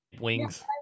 wings